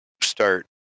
start